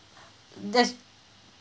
there's